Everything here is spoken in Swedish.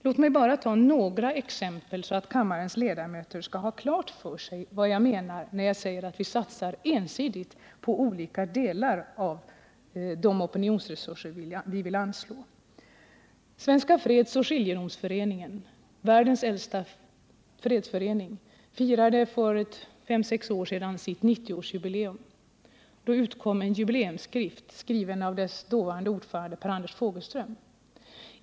Jag vill bara ta några exempel, så att kammarens ledamöter skall få klart för sig vad jag menar när jag säger att vi satsar ensidigt på olika delar med de opinionsresurser som vi anslår. Svenska fredsoch skiljedomsföreningen — världens äldsta fredsförening — firade för fem sex år sedan sitt 90-årsjubileum. Då utkom en jubileumsskrift, skriven av dess dåvarande ordförande Per Anders Fogelström.